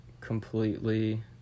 completely